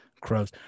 Crows